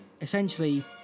essentially